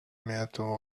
metal